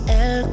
el